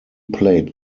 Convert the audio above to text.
played